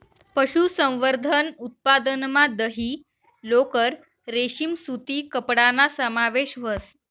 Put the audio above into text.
पशुसंवर्धन उत्पादनमा दही, लोकर, रेशीम सूती कपडाना समावेश व्हस